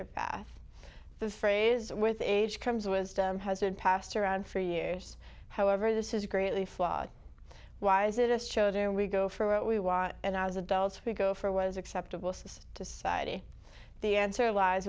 their path the phrase with age comes wisdom has been passed around for years however this is greatly flawed why is it a show do we go for what we want and as adults we go for it was acceptable to society the answer lies